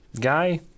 guy